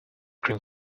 cream